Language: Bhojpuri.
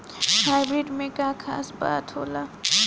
हाइब्रिड में का खास बात होला?